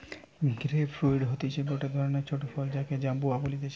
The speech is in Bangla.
গ্রেপ ফ্রুইট হতিছে গটে ধরণের ছোট ফল যাকে জাম্বুরা বলতিছে